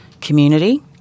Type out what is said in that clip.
community